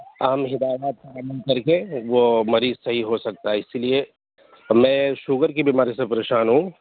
عام ہدایات پر عمل کر کے وہ مریض صحیح ہو سکتا ہے اسی لیے میں شوگر کی بیماری سے پریشان ہوں